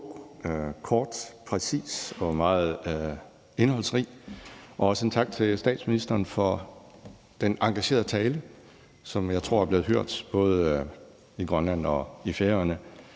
kort, præcis og meget indholdsrig, og også tak til statsministeren for den engagerede tale, som jeg tror er blevet hørt både i Grønland og på Færøerne.